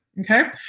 okay